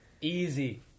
Easy